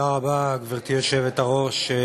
תודה רבה, גברתי היושבת-ראש.